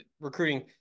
recruiting